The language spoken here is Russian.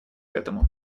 этому